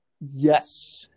Yes